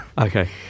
Okay